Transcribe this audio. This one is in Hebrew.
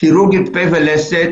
כירורגיית פה ולסת